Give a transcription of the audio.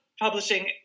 publishing